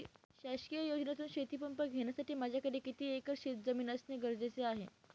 शासकीय योजनेतून शेतीपंप घेण्यासाठी माझ्याकडे किती एकर शेतजमीन असणे गरजेचे आहे?